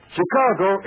Chicago